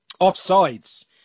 Offsides